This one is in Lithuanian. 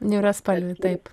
niūraspalvį taip